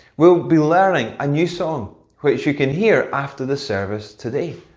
we'll be learning a new song, which you can hear after the service today.